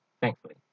thankfully